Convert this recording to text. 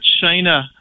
China